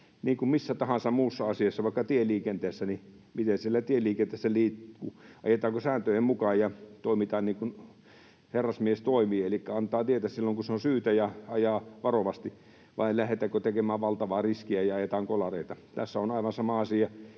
niin kuin missä tahansa muussa asiassa, vaikka tieliikenteessä: miten siellä tieliikenteessä liikutaan, ajetaanko sääntöjen mukaan ja toimitaan niin kuin herrasmies toimii, elikkä annetaan tietä silloin kun on syytä, ja ajetaan varovasti, vai lähdetäänkö tekemään valtavaa riskiä ja ajetaan kolareita. Tässä on aivan sama asia,